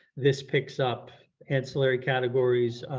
this picks up ancillary categories,